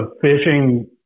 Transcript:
fishing